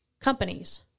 companies